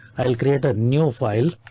i'll create a new file.